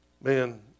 Man